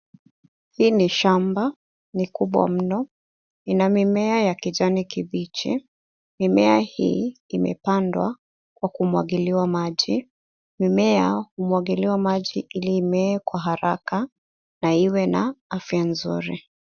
Hii ni shamba. Ni kubwa mno. Lina mimea ya kijani kibichi. Mimea hii imepandwa kwa kumwagiliwa maji. Mimea humwagiliwa maji ili imee kwa haraka na iwe na afya nzuri.